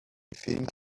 think